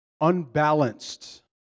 unbalanced